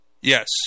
Yes